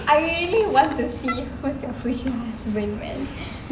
I really want to see who your future husband man